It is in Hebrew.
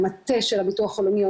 המטה של הביטוח הלאומי,